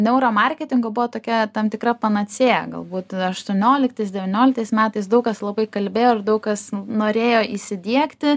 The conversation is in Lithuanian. neuro marketingų buvo tokia tam tikra panacėja galbūt aštuonioliktais devynioliktais metais daug kas labai kalbėjo ir daug kas norėjo įsidiegti